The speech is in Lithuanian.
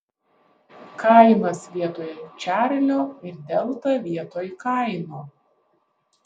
kainas vietoj čarlio ir delta vietoj kaino